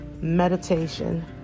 meditation